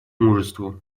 мужеству